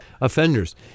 offenders